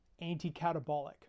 anti-catabolic